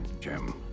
Jim